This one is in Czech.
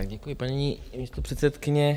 Děkuji, paní místopředsedkyně.